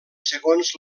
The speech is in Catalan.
segons